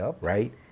right